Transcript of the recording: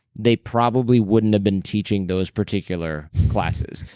they probably wouldn't have been teaching those particular classes.